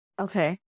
Okay